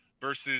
versus